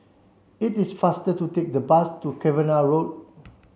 it is faster to take the bus to Cavenagh Road